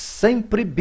sempre